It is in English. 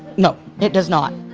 no, it does not.